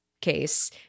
case